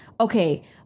okay